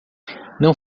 não